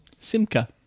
Simka